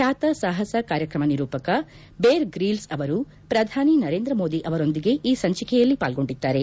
ಬ್ಯಾತ ಸಾಹಸ ಕಾರ್ಯಕ್ರಮ ನಿರೂಪಕ ಬೇರ್ ಗ್ರೀಲ್ಸ್ ಅವರು ಪ್ರಧಾನಿ ನರೇಂದ್ರ ಮೋದಿ ಅವರೊಂದಿಗೆ ಈ ಸಂಚಿಕೆಯಲ್ಲಿ ಪಾಲ್ಗೊಂಡಿದ್ದಾರೆ